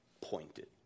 pointed